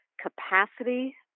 capacity